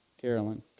Carolyn